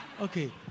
Okay